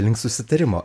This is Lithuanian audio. link susitarimo